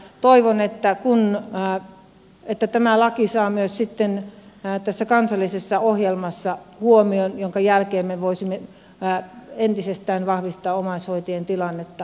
toivon että tämä laki saa myös sitten tässä kansallisessa ohjelmassa huomion minkä jälkeen me voisimme entisestään vahvistaa omaishoitajien tilannetta suomessa